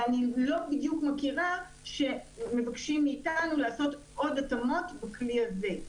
ואני לא בדיוק מכירה שמבקשים מאתנו לעשות עוד התאמות בכלי הזה.